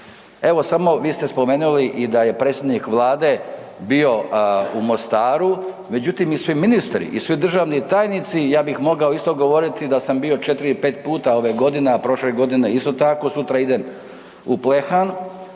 Evo, samo vi ste spomenuli i da je predsjednik Vlade bio u Mostaru međutim i svi ministri i svi državni tajnici ja bih mogao isto govoriti da sam bio 4-5 puta ove godine, a prošle godine isto tako, sutra idem u Plehan,